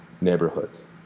neighborhoods